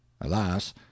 alas